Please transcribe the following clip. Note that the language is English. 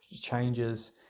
changes